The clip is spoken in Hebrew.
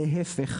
להיפך,